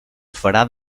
farà